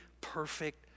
perfect